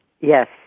Yes